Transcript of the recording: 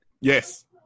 Yes